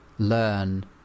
learn